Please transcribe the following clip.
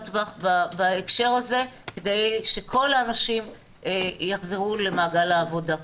טווח בהקשר הזה כדי שכל האנשים יחזרו למעגל העבודה.